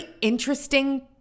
interesting